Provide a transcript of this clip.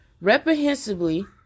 reprehensibly